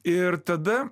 ir tada